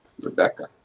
Rebecca